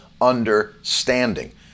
understanding